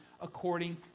according